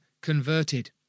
converted